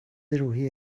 روحی